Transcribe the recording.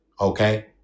okay